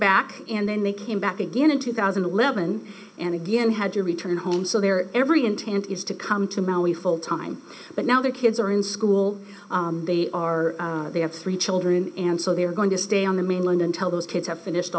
back and then they came back again in two thousand and eleven and again had to return home so their every intent is to come to maui full time but now their kids are in school they are they have three children and so they are going to stay on the mainland until those kids have finished